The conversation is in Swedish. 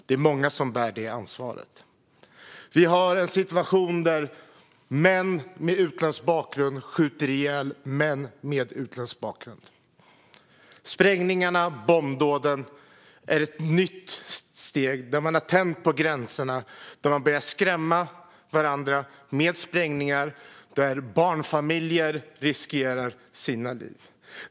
Det är många som bär det ansvaret. Vi har en situation där män med utländsk bakgrund skjuter ihjäl män med utländsk bakgrund. Sprängningarna och bombdåden är ett nytt steg där man tänjer på gränserna. Man har börjat skrämma varandra med sprängningar, och barnfamiljer riskerar sina liv.